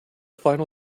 final